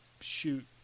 shoot